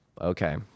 Okay